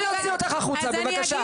גברתי, אני רוצה להוציא אותך החוצה, בבקשה.